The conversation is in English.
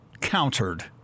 countered